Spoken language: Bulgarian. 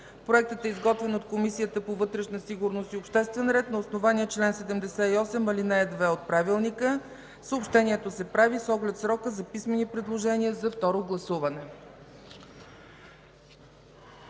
Проектът е изготвен от Комисията по вътрешна сигурност и обществен ред на основание чл. 78, ал. 2 от Правилника. Съобщението се прави с оглед срока за писмени предложения за второ гласуване.